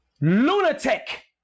Lunatic